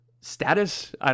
status